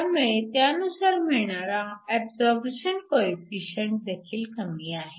त्यामुळे त्यानुसार मिळणारा ऍबसॉरप्शन कोइफिसिएंट देखील कमी आहे